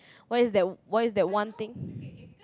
what is that what is that one thing